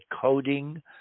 coding